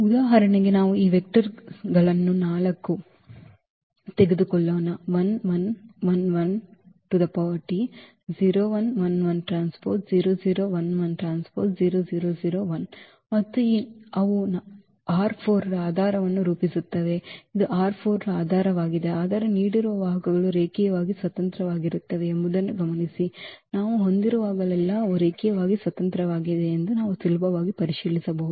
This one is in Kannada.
ಉದಾಹರಣೆಗೆ ನಾವು ಈ ವೆಕ್ಟರ್ ಗಳನ್ನು 4 ಮತ್ತು ಅವು ರ ಆಧಾರವನ್ನು ರೂಪಿಸುತ್ತವೆ ಇದು ರ ಆಧಾರವಾಗಿದೆ ಆದರೆ ನೀಡಿರುವ ವಾಹಕಗಳು ರೇಖೀಯವಾಗಿ ಸ್ವತಂತ್ರವಾಗಿರುತ್ತವೆ ಎಂಬುದನ್ನು ಗಮನಿಸಿ ನಾವು ಹೊಂದಿರುವಾಗಲೆಲ್ಲಾ ಅವು ರೇಖೀಯವಾಗಿ ಸ್ವತಂತ್ರವಾಗಿವೆ ಎಂದು ನಾವು ಸುಲಭವಾಗಿ ಪರಿಶೀಲಿಸಬಹುದು